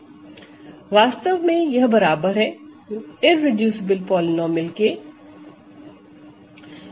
वास्तव में यह बराबर है इररेडूसिबल पॉलीनोमिअल है